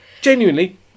Genuinely